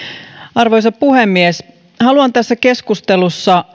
arvoisa puhemies haluan tässä keskustelussa